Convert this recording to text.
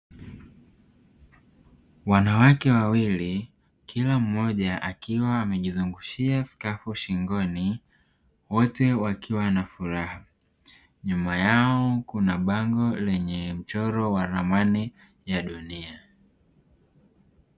Wanawake wawili kila mmoja akiwa amejizungushia skafu shingoni wote wakiwa na furaha. Nyuma yao kuna bango lenye mchoro wa ramani ya dunia.